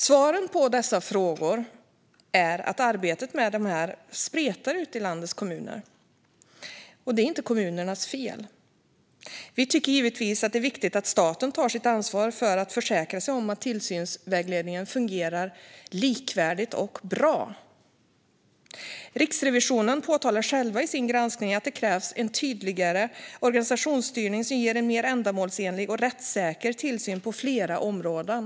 Svaren på dessa frågor är att arbetet med detta spretar ute i landets kommuner, och det är inte kommunernas fel. Vi tycker givetvis att det är viktigt att staten tar sitt ansvar för att försäkra sig om att tillsynsvägledningen fungerar likvärdigt och bra. Riksrevisionen påtalar själva i sin granskning att det krävs en tydligare organisationsstyrning som ger en mer ändamålsenlig och rättssäker tillsyn på flera områden.